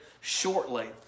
shortly